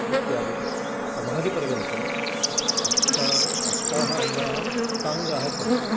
इत्यादिसमाधिपर्यन्तं अष्टा अष्टाः अङ्गाः अष्टाङ्गाः सन्ति